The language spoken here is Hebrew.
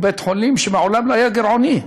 הוא בית-חולים שמעולם לא היה גירעוני.